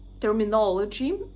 terminology